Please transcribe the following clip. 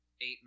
eight